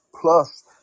plus